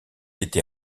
été